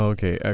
Okay